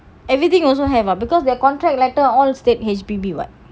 everything also have [what] because their contract letter all state H_P_B [what]